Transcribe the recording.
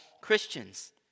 Christians